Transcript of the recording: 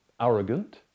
arrogant